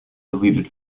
deleted